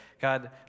God